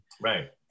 right